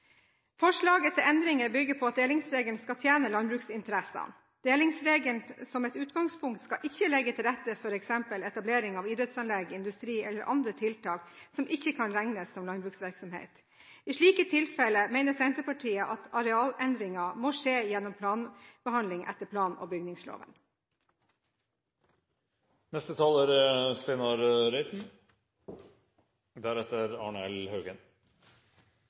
Forslaget til endringer bygger på at delingsregelen skal tjene landbruksinteressene. Delingsregelen som utgangspunkt skal ikke legge til rette for f.eks. etablering av idrettsanlegg, industri eller andre tiltak som ikke kan regnes som landbruksvirksomhet. I slike tilfeller mener Senterpartiet at arealbruksendringen må skje gjennom planbehandling etter plan- og